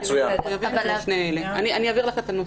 אני אעביר לך את הנוסח.